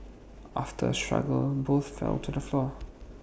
after A struggle both fell to the floor